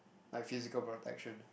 like physical protection